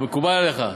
מקובל עליך?